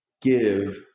give